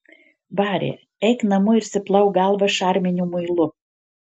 bari eik namo ir išsiplauk galvą šarminiu muilu